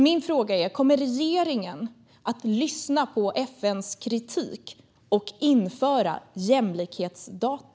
Min fråga är: Kommer regeringen att lyssna på FN:s kritik och införa jämlikhetsdata?